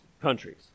countries